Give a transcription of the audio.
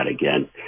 again